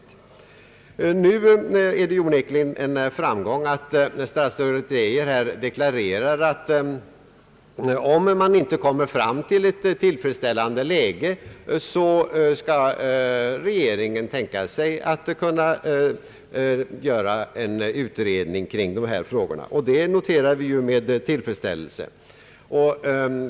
Nu är det onekligen en framgång att statsrådet Geijer deklarerar, att om man inte uppnår ett tillfredsställande läge kan regeringen tänka sig att göra en utredning kring dessa frågor. Det noterar vi med tillfredsställelse.